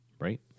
Right